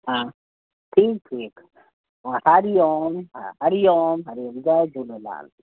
हा ठीकु ठीकु हा हरिओम हा हरिओम हरिओम जय झूलेलाल